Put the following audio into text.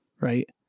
right